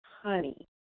honey